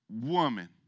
woman